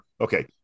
Okay